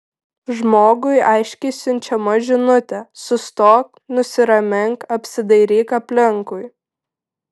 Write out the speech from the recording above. žmogui aiškiai siunčiama žinutė sustok nusiramink apsidairyk aplinkui